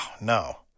no